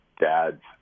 dads